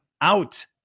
out